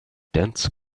dense